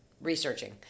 researching